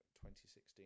2016